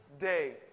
day